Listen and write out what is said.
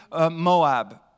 Moab